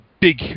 big